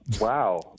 wow